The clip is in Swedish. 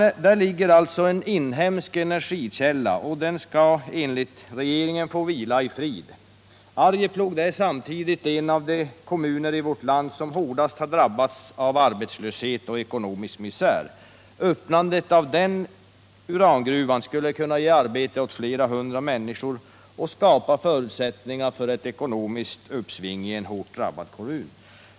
Där ligger alltså en inhemsk energikälla, men den skall enligt regeringen få vila i frid. Arjeplog är en av de kommuner i vårt land som hårdast har drabbats av arbetslöshet och ekonomisk misär. Ett brytande av uranen där skulle kunna ge arbete åt hundratals människor och skapa förutsättningar för ett ekonomiskt uppsving i en hårt drabbad kommun.